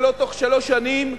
ולא בתוך שלוש שנים.